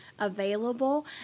available